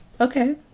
okay